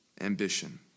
ambition